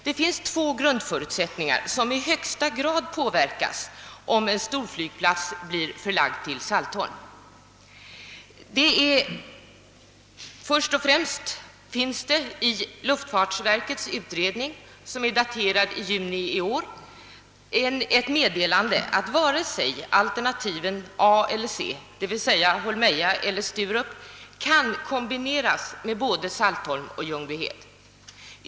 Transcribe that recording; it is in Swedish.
Det finns två grundförutsättningar som i högsta grad påverkas om en storflygplats förläggs till Saltholm. Först och främst finns det i luftfartsverkets utredning, som är daterad i juni i år, ett meddelande att varken alternativ A eller alternativ C — d.v.s. Holmeja och Sturup — kan kombineras med både Saltholm och Ljungbyhed.